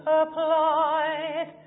applied